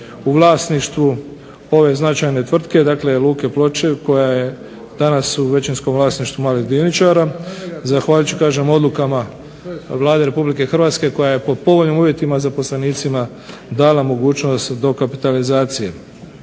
u vlasništvu ove značajne tvrtke, dakle luke Ploče koja je danas u većinskom vlasništvu malih dioničara, zahvaljujući odlukama Vlade Republike Hrvatske koja je po povoljnim uvjetima zaposlenicima dala mogućnost dokapitalizacije.